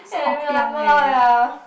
I remember ya